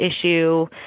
issue